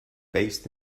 based